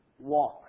walk